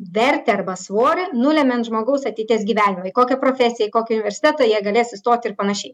vertę arba svorį nulemiant žmogaus ateities gyvenimui kokią profesiją į kokį universitetą jie galės įstot ir panašiai